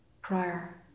Prior